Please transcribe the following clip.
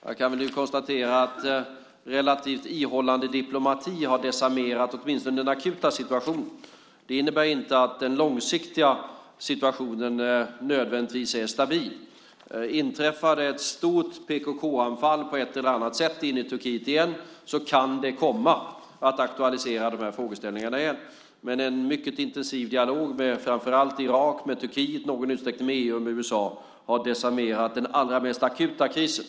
Jag kan nu konstatera att relativt ihållande diplomati har desarmerat åtminstone den akuta situationen. Det innebär inte att den långsiktiga situationen nödvändigtvis är stabil. Inträffar det ett stort PKK-anfall på ett eller annat sätt inne i Turkiet igen kan det komma att aktualisera de här frågeställningarna på nytt. Men en mycket intensiv dialog, framför allt med Irak, med Turkiet, i någon utsträckning med EU och med USA, har desarmerat den allra mest akuta krisen.